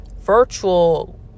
virtual